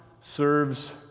serves